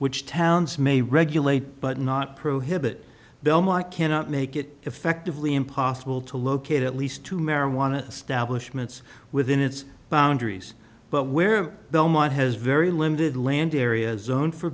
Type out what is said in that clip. which towns may regulate but not prohibit belmont cannot make it effectively impossible to locate at least two marijuana establishment within its boundaries but where belmont has very limited land area zone for